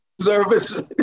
service